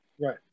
Right